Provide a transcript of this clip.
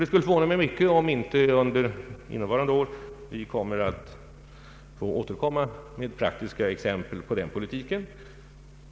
Det skulle förvåna mig mycket om vi inte under innevarande år får återkomma med praktiska exempel på den politiken.